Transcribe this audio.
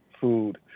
food